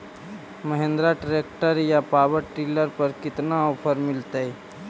Mahindra tractor या power dealer पर कितना ओफर मीलेतय?